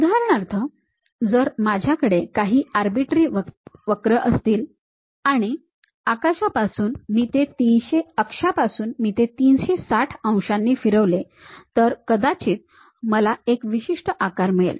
उदाहरणार्थ जर माझ्याकडे काही आरबीटरी वक्र असतील आणि अक्षापासून मी ते 360 अंशांनी फिरवले तर कदाचित मला एक विशिष्ट आकार मिळेल